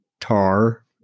tar